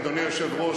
אדוני היושב-ראש,